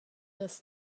las